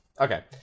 Okay